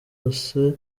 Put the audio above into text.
bwose